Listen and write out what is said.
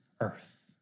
earth